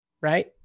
Right